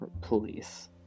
police